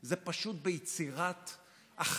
זה פשוט יצירת החרדה.